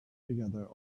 together